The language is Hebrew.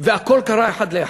והכול קרה אחד לאחד.